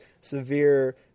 severe